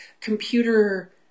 computer